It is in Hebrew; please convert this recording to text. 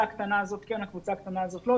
הקטנה הזאת כן והקבוצה הקטנה הזאת לא.